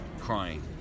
crying